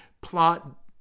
plot